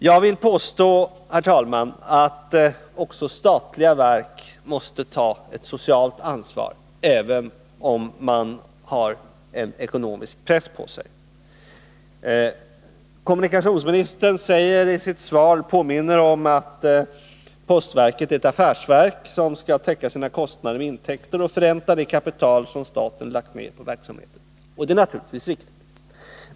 Jag vill påstå, herr talman, att också statliga verk måste ta ett socialt ansvar, även om de har en ekonomisk press på sig. Kommunikationsministern påminner i sitt svar om att postverket är ett affärsverk som skall täcka sina kostnader med intäkter och förränta det kapital som staten lagt ned på verksamheten, och det är naturligtvis riktigt.